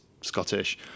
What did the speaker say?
Scottish